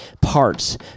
parts